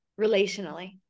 relationally